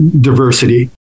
diversity